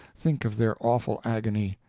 think of their awful agony.